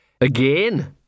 Again